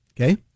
Okay